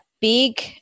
big